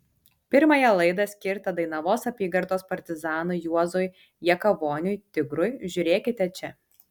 pirmąją laidą skirtą dainavos apygardos partizanui juozui jakavoniui tigrui žiūrėkite čia